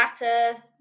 matter